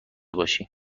باشی